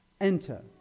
Enter